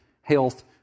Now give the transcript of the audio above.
health